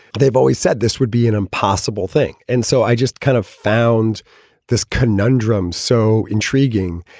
they've always said this would be an impossible thing. and so i just kind of found this conundrum so intriguing.